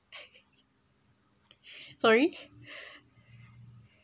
sorry